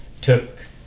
took